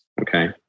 okay